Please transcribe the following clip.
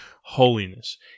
holiness